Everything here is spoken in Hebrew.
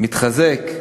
מתחזק,